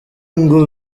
ngo